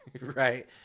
right